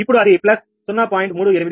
ఇప్పుడు అది ప్లస్ 0